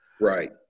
Right